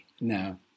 No